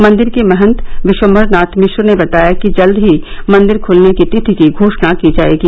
मंदिर के महत विश्वम्भर नाथ मिश्र ने बताया कि जल्द ही मंदिर ख्लने की तिथि की घोषणा की जाएगी